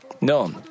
No